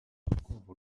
urukwavu